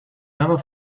never